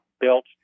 built